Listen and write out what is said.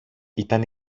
ήταν